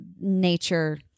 nature